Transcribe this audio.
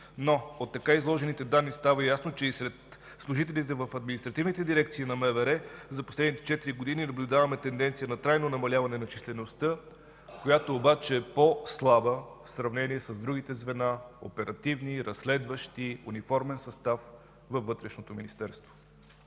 От така изложените данни става ясно, че и сред служителите в административните дирекции на МВР за последните четири години наблюдаваме тенденция на трайно намаляване на числеността, която обаче е по-слаба в сравнение с другите звена – оперативни, разследващи, униформен състав във Вътрешното министерство.